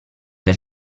del